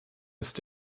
ist